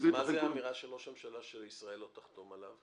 מה זה האמירה של ראש הממשלה שישראל לא תחתום עליו?